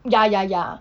ya ya ya